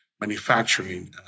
manufacturing